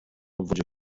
obwodzie